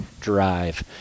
drive